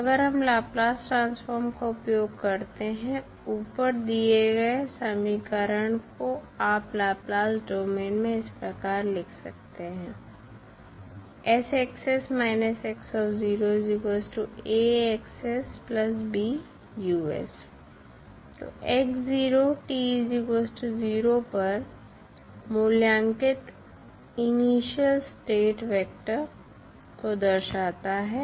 तो अगर हम लाप्लास ट्रांसफॉर्म का उपयोग करते हैं ऊपर दिए गए समीकरण को आप लाप्लास डोमेन में इस प्रकार लिख सकते हैं तो पर मूल्यांकित इनिशियल स्टेट वेक्टर को दर्शाता है